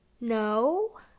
No